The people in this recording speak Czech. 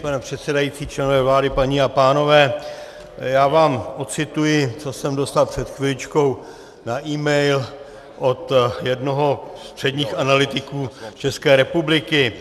Pane předsedající, členové vlády, paní a pánové, já vám odcituji, co jsem dostal před chviličkou na email od jednoho z předních analytiků České republiky.